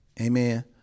Amen